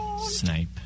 Snipe